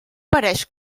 pareix